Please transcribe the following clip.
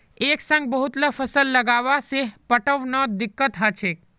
एक संग बहुतला फसल लगावा से पटवनोत दिक्कत ह छेक